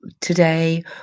today